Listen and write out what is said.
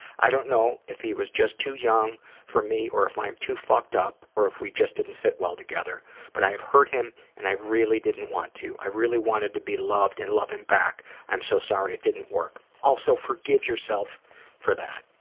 i don't know if he was just too young for me or if i'm too fucked up or if we just didn't fit well together but i have hurt him and i really didn't want to. i really wanted to be loved and love him back. i'm so sorry it didn't work. also forgive yourself that.